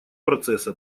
процесса